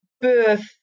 birth